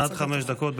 עד חמש דקות.